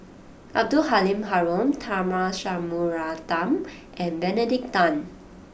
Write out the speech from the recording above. Abdul Halim Haron Tharman Shanmugaratnam and Benedict Tan